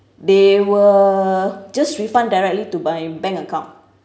they will just refund directly to my bank account